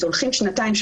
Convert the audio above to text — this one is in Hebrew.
הולכים שנתיים,